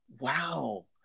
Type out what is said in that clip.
Wow